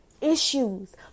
issues